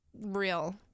Real